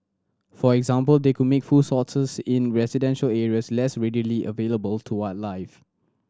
for example they could make food sources in residential areas less readily available to wildlife